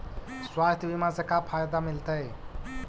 स्वास्थ्य बीमा से का फायदा मिलतै?